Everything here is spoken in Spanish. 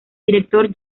director